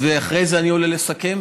ואחרי זה אני עולה לסכם?